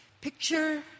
Picture